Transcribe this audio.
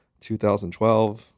2012